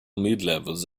midlevels